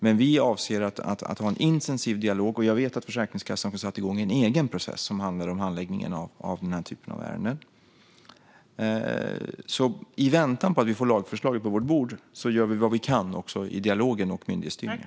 Men vi avser att ha en intensiv dialog. Jag vet att Försäkringskassan har satt igång en egen process som handlar om handläggningen av den här typen av ärenden. I väntan på att vi får lagförslaget på vårt bord gör vi vad vi kan i dialogen och i myndighetsstyrningen.